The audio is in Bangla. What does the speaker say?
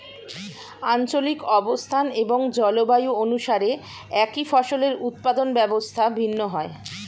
আঞ্চলিক অবস্থান এবং জলবায়ু অনুসারে একই ফসলের উৎপাদন ব্যবস্থা ভিন্ন হয়